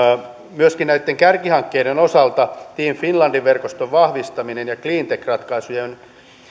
myöskin näitten kärkihankkeiden osalta team finlandin verkoston vahvistaminen ja cleantech ratkaisujen